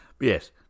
Yes